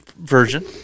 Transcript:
version